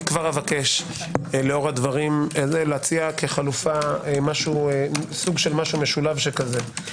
אבקש כבר לאור הדברים להציע כחלופה סוג של משהו משולב כזה.